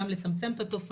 גם כדי לצמצם את התופעה,